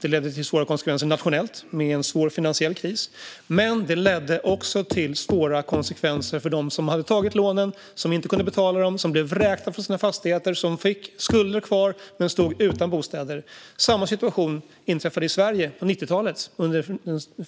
Den ledde till svåra konsekvenser nationellt med en svår finansiell kris, men den ledde också till svåra konsekvenser för dem som hade tagit lånen, som inte kunde betala dem, som blev vräkta från sina fastigheter och som fick skulder kvar men stod utan bostad. Samma situation inträffade i Sverige på 1990-talet under